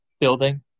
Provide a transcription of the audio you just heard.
building